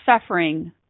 suffering